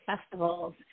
festivals